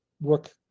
work